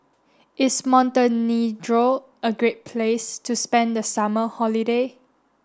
is Montenegro a great place to spend the summer holiday